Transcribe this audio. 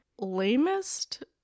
lamest